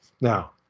now